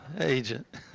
agent